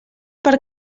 per